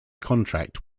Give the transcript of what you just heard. contract